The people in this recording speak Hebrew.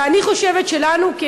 ואני חושבת שלנו,